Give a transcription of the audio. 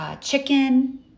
chicken